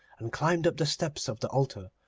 and climbed up the steps of the altar,